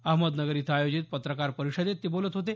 अहमदनगर इथं आयोजित पत्रकार परिषदेत ते बोलत होते